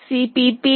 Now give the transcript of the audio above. CPP main